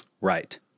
Right